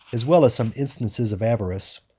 as well as some instances of avarice,